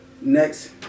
next